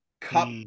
cup